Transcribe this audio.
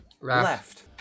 Left